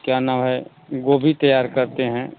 क्या नाम है गोभी तैयार करते हैं